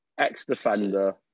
ex-defender